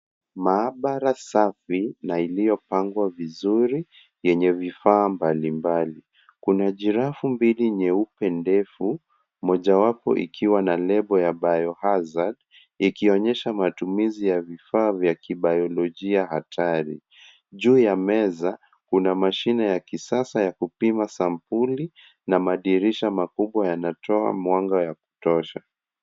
Maabara safi na iliyopangwa vizuri, yenye vifaa mbalimbali. Kuna jirafu mbili nyeupe ndefu, mojawapo ikiwa na nebo ya biohazard , ikionyesha matumizi ya vifaa vya kibiolojia hatari. Juu ya meza, kuna mashine ya kisasa ya kupima sampuli, na madirisha makubwa yanatoa mwanga ya kutosha.